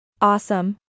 Awesome